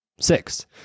Six